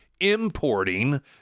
importing